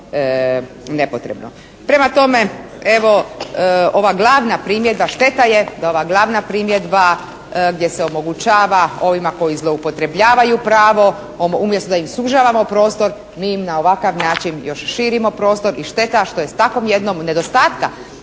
šteta je da ova glavna primjedba gdje se omogućava ovima koji zloupotrebljavaju pravo umjesto da im sužavamo prostor mi im na ovakav način još širimo prostor i šteta što je s takvog jednog nedostatka